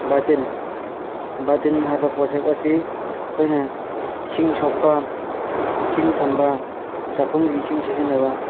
ꯕꯥꯜꯇꯤꯟ ꯕꯥꯜꯇꯤꯟ ꯍꯥꯏꯕ ꯄꯣꯠꯁꯛ ꯑꯁꯤ ꯑꯩꯈꯣꯏꯅ ꯏꯁꯤꯡ ꯁꯣꯛꯄ ꯏꯁꯤꯡ ꯊꯝꯕ ꯆꯥꯈꯨꯝꯒꯤ ꯏꯁꯤꯡ ꯁꯤꯖꯤꯟꯅꯕ